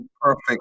perfect